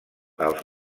els